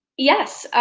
yes,